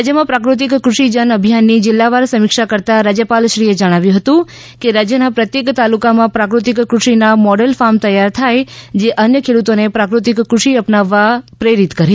રાજ્યમાં પ્રાકૃતિક કૃષિ જન અભિયાનની જીલ્લાવાર સમીક્ષા કરતાં રાજ્યપાલશ્રીએ જણાવ્યું હતું કે રાજ્યના પ્રત્યેક તાલુકામાં પ્રાફતિક ફષિના મોડેલ ફોર્મ તૈયાર થાય જે અન્ય ખેડૂતોને પ્રાકૃતિક કૃષિ અપનાવવા પ્રેરિત કરે